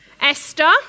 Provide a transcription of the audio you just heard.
Esther